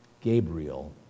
Gabriel